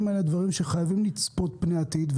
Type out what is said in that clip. האלה הם דברים שחייבים לצפות פני עתיד.